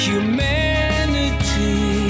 Humanity